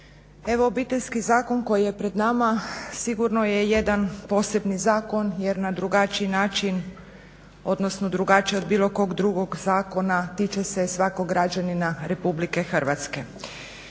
Evo Obiteljski zakon koji je pred nama sigurno je jedan posebni zakon jer na drugačiji način odnosno drugačije od bilo kog drugog zakona tiče se svakog građanina RH. Kada smo